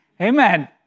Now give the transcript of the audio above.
Amen